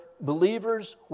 believers